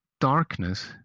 darkness